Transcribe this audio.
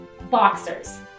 Boxers